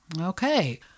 Okay